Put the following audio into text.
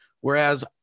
whereas